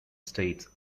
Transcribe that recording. states